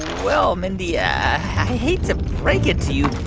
well, mindy, yeah i hate to break it to you,